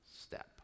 step